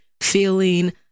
feeling